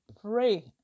pray